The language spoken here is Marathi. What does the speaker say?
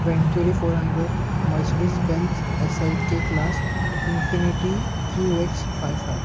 venturi four hundred Mercedes Benz S L K class Infiniti Q X five five